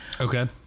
Okay